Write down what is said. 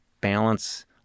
balance